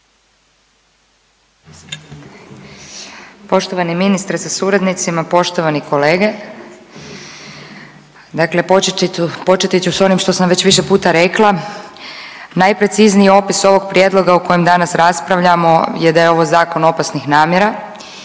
Poštovani ministre sa suradnicima, poštovani kolege. Dakle, početi ću, početi ću s onim što sam već više puta rekla. Najprecizniji opis ovog prijedloga o kojem danas raspravljamo je da je ovo zakon opasnih namjera.